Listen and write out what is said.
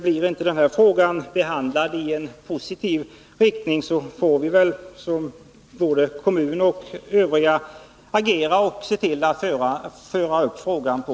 Blir frågan inte positivt behandlad, får väl kommunen och ortsbefolkningen agera och se till att frågan förs upp på regeringsnivå.